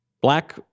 Black